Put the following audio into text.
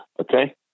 okay